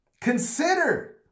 consider